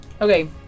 Okay